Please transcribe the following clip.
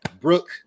Brooke